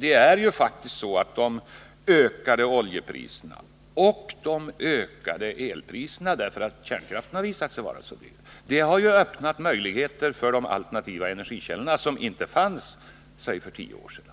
Det är faktiskt så att de ökade oljepriserna och de ökade elpriserna — därför att kärnkraften har visat sig vara så dyr — har öppnat möjligheter för de alternativa energikällorna som inte fanns låt mig säga för tio år sedan.